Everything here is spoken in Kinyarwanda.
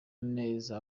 neza